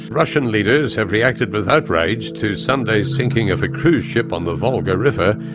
russian leaders have reacted with outrage to sunday's sinking of a cruise ship on the volga river,